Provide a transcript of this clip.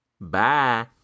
Bye